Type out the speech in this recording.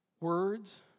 words